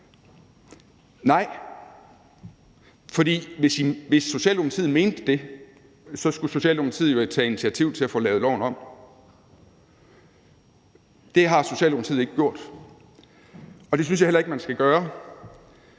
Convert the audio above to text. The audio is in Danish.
for hvis Socialdemokratiet mente det, skulle Socialdemokratiet jo have taget initiativ til at få lavet loven om. Det har Socialdemokratiet ikke gjort, og det synes jeg heller ikke man skal gøre.